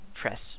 press